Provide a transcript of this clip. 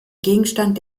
gegenstand